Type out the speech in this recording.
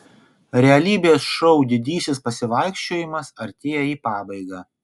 realybės šou didysis pasivaikščiojimas artėja į pabaigą